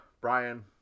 brian